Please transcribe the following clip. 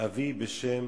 אבי בשם